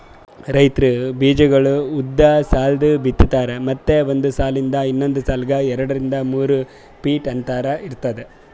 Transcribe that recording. ರೈತ್ರು ಬೀಜಾಗೋಳ್ ಉದ್ದ್ ಸಾಲ್ದಾಗ್ ಬಿತ್ತಾರ್ ಮತ್ತ್ ಒಂದ್ ಸಾಲಿಂದ್ ಇನ್ನೊಂದ್ ಸಾಲಿಗ್ ಎರಡರಿಂದ್ ಮೂರ್ ಫೀಟ್ ಅಂತರ್ ಇರ್ತದ